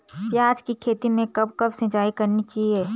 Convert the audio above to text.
प्याज़ की खेती में कब कब सिंचाई करनी चाहिये?